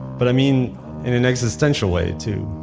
but i mean in an existential way too.